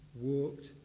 walked